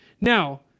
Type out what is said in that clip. now